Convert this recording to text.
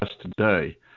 today